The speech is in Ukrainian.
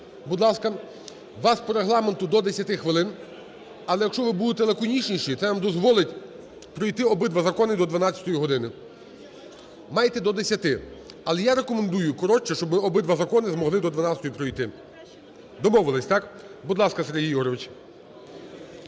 будь ласка. У вас по регламенту до 10 хвилин, але, якщо ви будете лаконічніші, це вам дозволить пройти обидва закони до 12 години. Маєте до десяти, але я рекомендую коротше, щоб ми обидва закони змогли до 12 пройти. Домовились, так? Будь ласка, Сергій Ігорович.